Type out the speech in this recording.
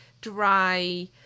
dry